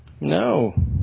No